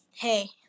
Hey